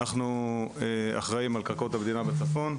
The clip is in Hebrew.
אנחנו אחראים על קרקעות המדינה בצפון,